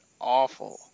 awful